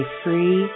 free